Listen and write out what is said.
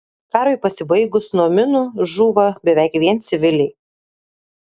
karui pasibaigus nuo minų žūva beveik vien civiliai